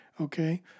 Okay